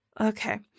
Okay